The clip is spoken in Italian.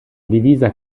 divisa